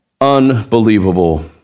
Unbelievable